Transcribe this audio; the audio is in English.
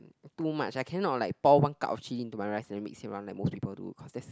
too much I cannot like pour one cup of chili into my rice and mix it up like most people do that's